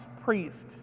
priests